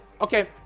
Okay